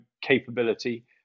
capability